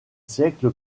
siècle